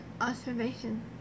observation